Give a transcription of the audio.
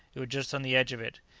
you are just on the edge of it.